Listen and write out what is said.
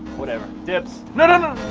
whatever. dibs. no no